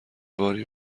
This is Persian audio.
باری